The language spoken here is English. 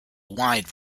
wide